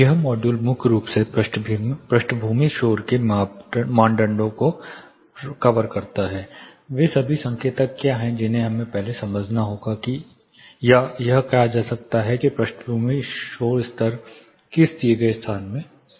यह मॉड्यूल मुख्य रूप से पृष्ठभूमि शोर के मानदंड को कवर करता है वे सभी संकेतक क्या हैं जिन्हें हमें पहले समझना होगा कि यह कहा जा सकता है कि पृष्ठभूमि शोर स्तर किसी दिए गए स्थान में सही है